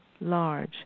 large